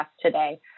today